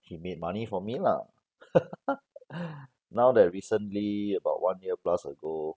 he made money for me lah now that recently about one year plus ago